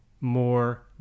more